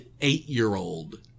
eight-year-old